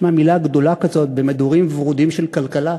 נשמע מילה גדולה כזאת במדורים ורודים של כלכלה